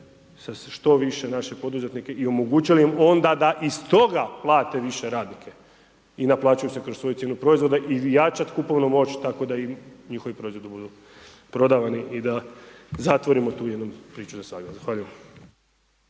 se što više naše poduzetnike i omogućili im onda da iz toga plate više radnike i naplaćuju se kroz svoju cijenu proizvoda i jačati kupovnu moć tako da i njihovi proizvodi budu prodavani i da zatvorimo tu jednom priču za svagda.